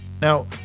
Now